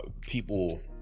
people